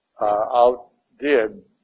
outdid